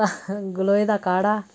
तां गलोए दा काह्ड़ा